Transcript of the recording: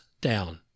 down